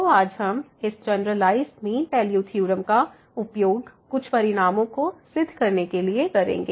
तो आज हम इस जनरलआईस मीन वैल्यू थ्योरम का उपयोग कुछ परिणामों को सिद्ध करने के लिए करेंगे